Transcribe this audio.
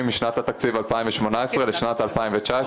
משנת התקציב 2018 לשנת התקציב 2019,